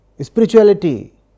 Spirituality